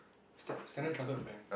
stan~ Standard Charted Bank